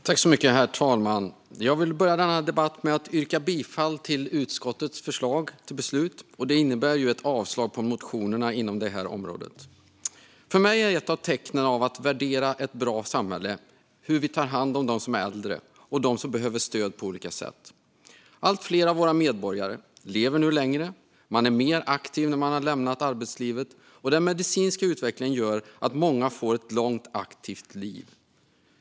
Herr talman! Jag vill börja denna debatt med att yrka bifall till utskottets förslag till beslut, vilket innebär ett avslag på motionerna inom detta område. Hur vi tar hand om dem som är äldre och dem som behöver stöd på olika sätt är för mig ett tecken på hur bra vårt samhälle är. Allt fler av våra medborgare lever längre. Man är mer aktiv efter att man lämnat arbetslivet, och den medicinska utvecklingen gör att många får ett långt, aktivt liv.